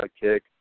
kick